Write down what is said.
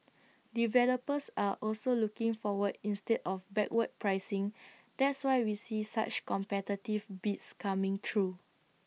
developers are also looking forward instead of backward pricing that's why we see such competitive bids coming through